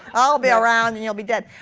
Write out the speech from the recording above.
i'll be around, and you'll be dead.